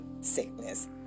sickness